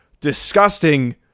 disgusting